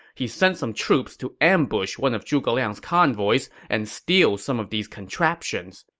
he sent some troops to ambush one of zhuge liang's convoys and steal some of these contraptions.